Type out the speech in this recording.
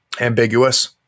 ambiguous